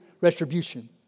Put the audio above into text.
retribution